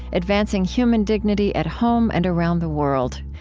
advancing human dignity at home and around the world.